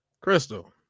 Crystal